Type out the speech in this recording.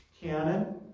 canon